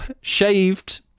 shaved